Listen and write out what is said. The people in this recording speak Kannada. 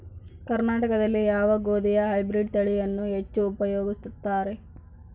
ಕರ್ನಾಟಕದಲ್ಲಿ ಯಾವ ಗೋಧಿಯ ಹೈಬ್ರಿಡ್ ತಳಿಯನ್ನು ಹೆಚ್ಚು ಉಪಯೋಗಿಸುತ್ತಾರೆ?